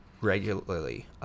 regularly